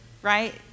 Right